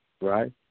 right